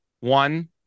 one